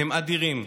הם אדירים,